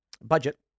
budget